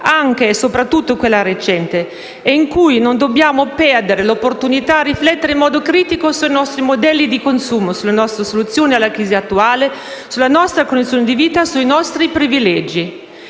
anche e soprattutto quella recente, e in cui non dobbiamo perdere l'opportunità di riflettere in modo critico sui nostri modelli di consumo, sulle nostre soluzioni alla crisi attuale, sulla nostra condizione di vita, sui nostri privilegi,